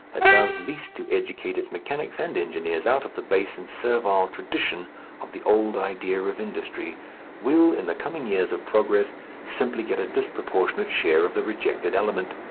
that does least to educate its mechanics and engineers out of the base and servile tradition of the old idea of industry will in the coming years of progress simply get a disproportionate share of the rejected element,